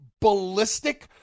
ballistic